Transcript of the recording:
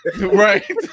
Right